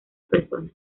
persona